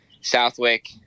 Southwick